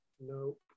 nope